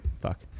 fuck